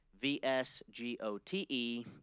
V-S-G-O-T-E